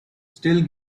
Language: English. still